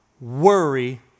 worry